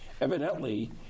Evidently